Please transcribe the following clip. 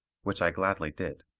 which i gladly did.